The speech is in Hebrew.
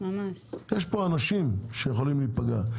יש פה אנשים שיכולם להיפגע,